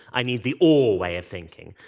i need the or way of thinking.